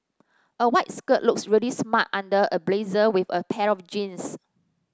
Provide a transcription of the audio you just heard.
a white shirt looks really smart under a blazer with a pair of jeans